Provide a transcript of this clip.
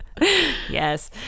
yes